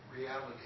reality